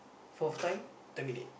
fourth time terminate